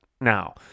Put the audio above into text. now